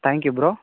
thank you bro